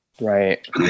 Right